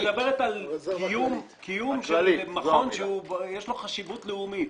את מדברת על קיום של מכון שיש לו חשיבות לאומית.